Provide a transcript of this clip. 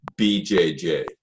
BJJ